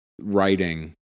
writing